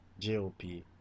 JOP